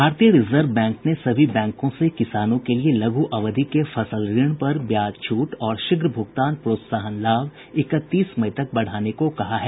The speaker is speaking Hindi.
भारतीय रिजर्व बैंक ने सभी बैंकों से किसानों के लिए लघु अवधि के फसल ऋण पर ब्याज छूट और शीघ्र भुगतान प्रोत्साहन लाभ इकतीस मई तक बढ़ाने को कहा है